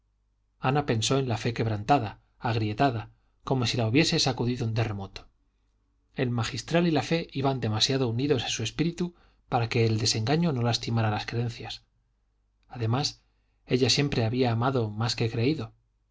ana pensó en la fe quebrantada agrietada como si la hubiese sacudido un terremoto el magistral y la fe iban demasiado unidos en su espíritu para que el desengaño no lastimara las creencias además ella siempre había amado más que creído